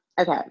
okay